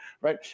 right